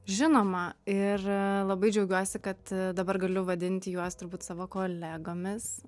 žinoma ir labai džiaugiuosi kad dabar galiu vadinti juos turbūt savo kolegomis